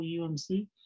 UMC